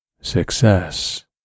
success